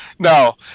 No